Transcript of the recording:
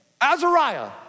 Azariah